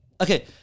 Okay